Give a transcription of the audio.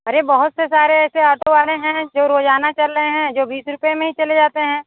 अरे बहुत से सारे ऐसे ऑटो वाले हैं जो रोज़ाना चल रहे हैं जो बीस रुपए में ही चले जाते हैं